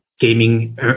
Gaming